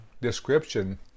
description